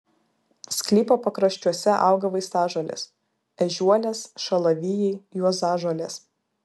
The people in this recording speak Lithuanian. sklypo pakraščiuose auga vaistažolės ežiuolės šalavijai juozažolės